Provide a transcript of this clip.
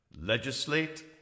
legislate